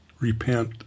Repent